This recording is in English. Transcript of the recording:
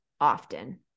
often